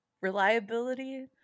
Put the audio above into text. reliability